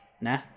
Nah